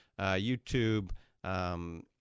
YouTube